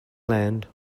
land